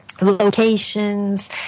locations